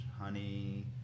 honey